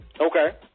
Okay